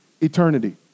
eternity